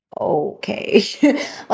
okay